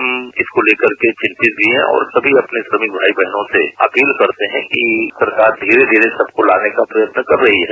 हम इसको लेकर के चिन्तित भी हैं और सभी अपने श्रमिक भाई बहन से अपील करते हैं कि सरकार धीरे धीरे सबको लाने का प्रयत्न कर रहे हैं